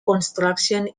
construction